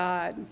God